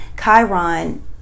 Chiron